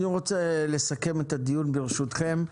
אני רוצה לסכם את הדיון ברשותכם.